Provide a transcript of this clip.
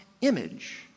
image